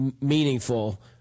meaningful